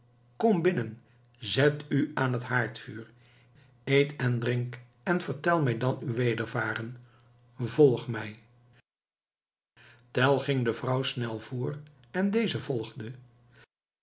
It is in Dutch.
kom binnen zet u aan het haardvuur eet en drink en vertel mij dan uw wedervaren volg mij tell ging de vrouw snel voor en deze volgde